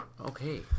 Okay